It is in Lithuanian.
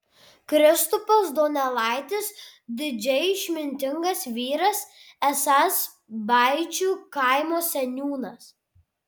kristupas donelaitis didžiai išmintingas vyras esąs baičių kaimo seniūnas